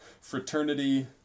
fraternity